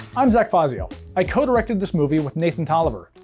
i'm zach fazio. i co-directed this movie with nathan taliaferro.